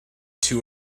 two